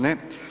Ne.